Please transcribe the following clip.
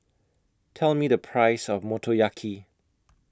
Tell Me The Price of Motoyaki